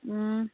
ꯎꯝ